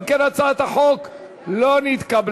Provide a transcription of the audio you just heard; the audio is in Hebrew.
אם כן, הצעת החוק לא נתקבלה.